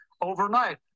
overnight